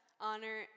honor